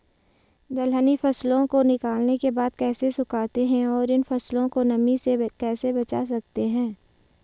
दलहनी फसलों को निकालने के बाद कैसे सुखाते हैं और इन फसलों को नमी से कैसे बचा सकते हैं?